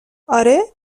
آره